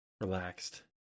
relaxed